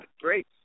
Great